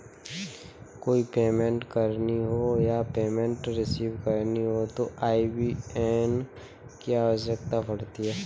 कोई पेमेंट करनी हो या पेमेंट रिसीव करनी हो तो आई.बी.ए.एन की आवश्यकता पड़ती है